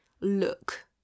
look